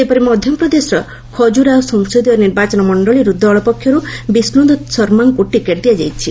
ସେହିପରି ମଧ୍ୟପ୍ରଦେଶର ଖଜୁରାଓ ସଂସଦୀୟ ନିର୍ବାଚନ ମଣ୍ଡଳୀରୁ ଦଳ ପକ୍ଷରୁ ବିଷ୍ଣୁଦତ୍ତ ଶର୍ମାଙ୍କୁ ଟିକେଟ୍ ଦିଆଯାଇଛି